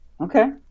Okay